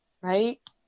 right